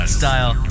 style